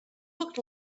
looked